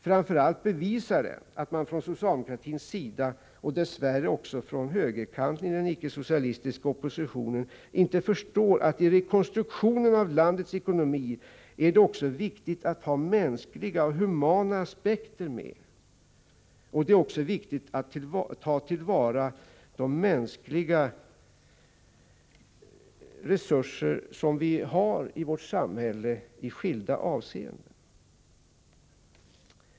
Framför allt bevisar den att man från socialdemokratins sida — dess värre gäller det också högerkanten inom den icke-socialistiska oppositionen — inte förstår att det i rekonstruktionen av landets ekonomi också är viktigt att ta med mänskliga och humana aspekter. Det är också viktigt att ta till vara de mänskliga resurser som vi i skilda avseenden har i vårt samhälle.